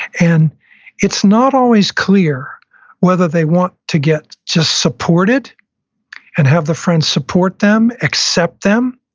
and it's not always clear whether they want to get just supported and have the friend support them, accept them,